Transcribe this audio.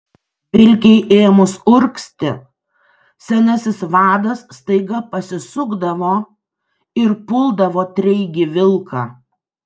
vilkei ėmus urgzti senasis vadas staiga pasisukdavo ir puldavo treigį vilką